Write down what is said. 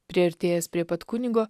priartėjęs prie pat kunigo